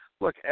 Look